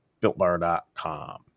builtbar.com